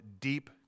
deep